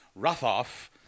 Rothoff